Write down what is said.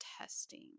testing